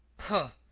pooh!